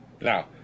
Now